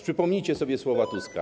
Przypomnijcie sobie słowa Tuska.